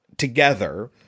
together